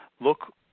look